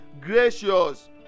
gracious